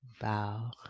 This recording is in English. bow